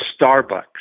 Starbucks